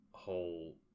Whole